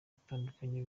batandukanye